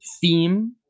theme